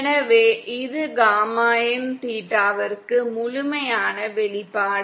எனவே இது காமாin தீட்டாவிற்கான முழுமையான வெளிப்பாடு